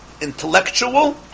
intellectual